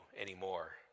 anymore